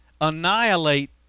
annihilate